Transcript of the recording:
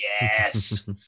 yes